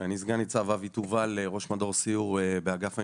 אני ראש מדור סיור באגף המבצעים,